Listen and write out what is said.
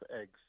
eggs